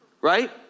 right